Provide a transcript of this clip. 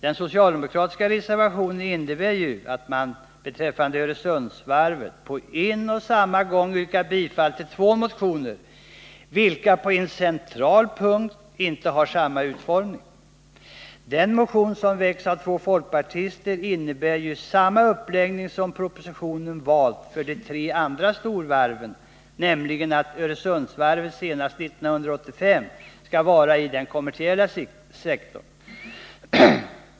Den socialdemokratiska reservationen innebär ju att man beträffande Öresundsvarvet på en och samma gång yrkar bifall till två motioner, vilka på en central punkt inte har samma utformning. Den motion som väckts av två folkpartister innebär samma uppläggning som propositionen valt för de tre andra storvarven, nämligen att Öresundsvarvet senast 1985 skall vara i den kommersiella sektorn.